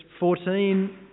14